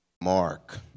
Mark